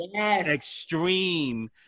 extreme